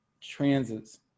transits